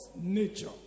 nature